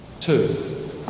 Two